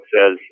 says